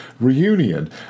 reunion